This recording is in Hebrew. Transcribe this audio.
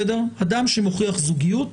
אדם שמוכיח זוגיות